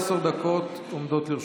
עשר דקות עומדות לרשותך.